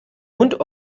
mund